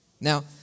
Now